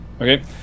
okay